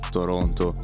Toronto